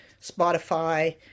Spotify